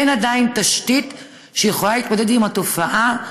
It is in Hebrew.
עדיין אין תשתית שיכולה להתמודד עם התופעה,